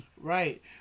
Right